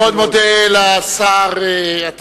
אני מאוד מודה לשר התשתיות,